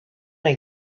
when